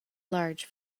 large